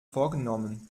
vorgenommen